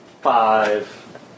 five